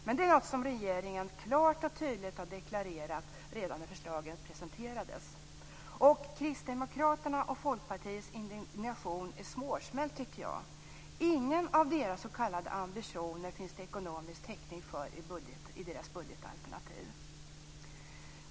Men det är något som regeringen klart och tydligt deklarerade redan när förslagen presenterades. Kristdemokraternas och Folkpartiets indignation är svårsmält, tycker jag. Ingen av deras s.k. ambitioner finns det ekonomisk täckning för i deras budgetalternativ.